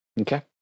Okay